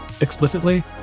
explicitly